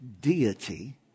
deity